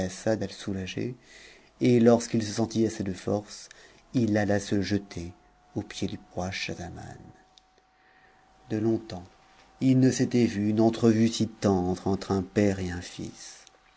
à le soulager et lorsqu'il se sentit assez de forces il alla se jeter pieds du roi schabzaman de longtemps il ne s'était vu une entrevue si tendre entre un père et n fils